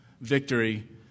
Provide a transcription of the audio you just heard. victory